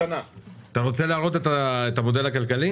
רוצה להראות את המודל הכלכלי?